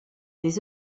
des